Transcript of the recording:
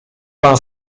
pan